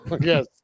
yes